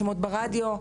שומעות ברדיו,